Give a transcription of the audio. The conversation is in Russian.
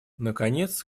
наконец